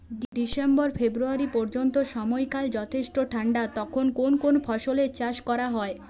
December February পর্যন্ত সময়কাল যথেষ্ট ঠান্ডা তখন কোন কোন ফসলের চাষ করা হয়?